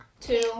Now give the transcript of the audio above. Two